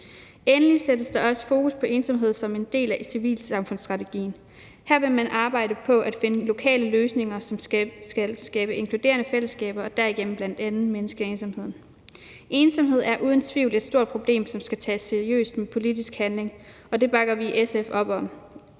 Endelig sættes der også fokus på ensomhed som en del af civilsamfundsstrategien. Her vil man arbejde på at finde lokale løsninger, som skal skabe inkluderende fællesskaber og derigennem bl.a. mindske ensomheden. Ensomhed er uden tvivl et stort problem, som skal tages seriøst med politisk handling, og det bakker vi i SF op om.